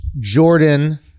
Jordan